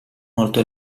molto